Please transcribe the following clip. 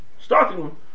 starting